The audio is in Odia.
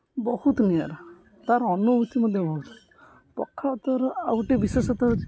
ବହୁତ ନିଆରା ତା'ର ଅନୁଭୂତି ମଧ୍ୟ ବହୁତ ପଖାଳ ତା'ର ଆଉ ଗୋଟେ ବିଶେଷତ୍ଵ ହେଉଛି